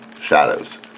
shadows